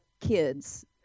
kids